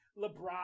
LeBron